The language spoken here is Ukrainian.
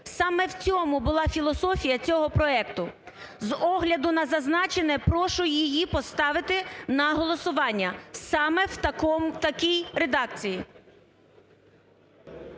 саме в цьому була філософія цього проекту. З огляду на зазначене, прошу її поставити на голосування саме в такій редакції.